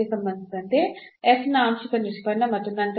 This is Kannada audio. ಗೆ ಸಂಬಂಧಿಸಿದಂತೆ ನ ಆಂಶಿಕ ನಿಷ್ಪನ್ನ ಮತ್ತು ನಂತರ